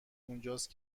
اونجاست